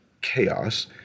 chaos